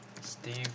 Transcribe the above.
Steve